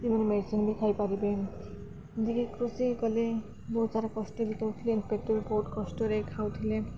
ଏବଂ ମେଡ଼ିସିନ୍ ବି ଖାଇପାରିବେ ଯିଏକି କୃଷି କଲେ ବହୁତ ସାରା କଷ୍ଟ ବି ପାଉଥିଲେ ପେଟକୁ ବହୁତ କଷ୍ଟରେ ଖାଉଥିଲେ